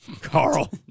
Carl